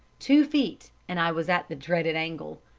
two feet and i was at the dreaded angle.